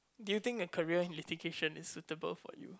do you think a career in litigation is suitable for you